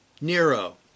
Nero